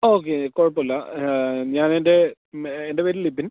okay കുഴപ്പമില്ല ഞാനെൻറ്റെ എന്റെ പേര് ലിബിൻ